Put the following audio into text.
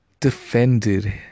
Defended